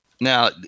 Now